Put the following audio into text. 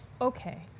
okay